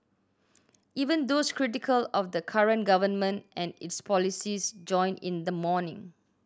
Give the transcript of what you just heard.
even those critical of the current government and its policies joined in the mourning